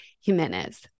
Jimenez